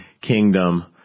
kingdom